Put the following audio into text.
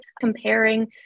comparing